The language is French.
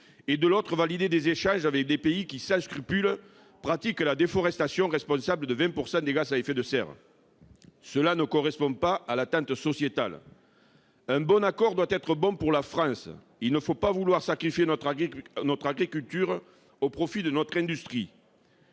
un accord de libre-échange avec des pays qui, sans scrupule, contribuent à une déforestation responsable de 20 % des émissions de gaz à effet de serre. Cela ne correspond pas à l'attente sociétale. Un bon accord doit être bon pour la France : il ne faut pas sacrifier notre agriculture au profit de notre industrie.